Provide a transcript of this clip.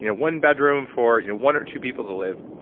you know one bedroom for you know one or two people to live,